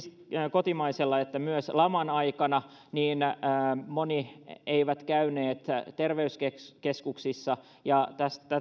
kotimaisella niin myös laman aikana monet eivät käyneet terveyskeskuksissa ja